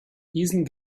diesen